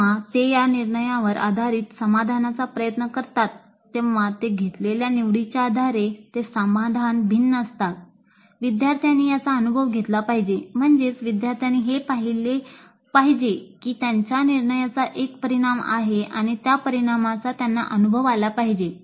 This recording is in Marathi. जेव्हा ते या निर्णयांवर आधारित समाधानाचा प्रयत्न करतात तेव्हा ते घेतलेल्या निवडीच्या आधारे ते समाधान भिन्न असतात विद्यार्थ्यांनी याचा अनुभव घेतला पाहिजे म्हणजेच विद्यार्थ्यांनी हे पाहिले पाहिजे की त्यांच्या निर्णयांचा एक परिणाम आहे आणि त्या परिणामाचा त्यांना अनुभव आला पाहिजे